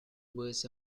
was